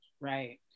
Right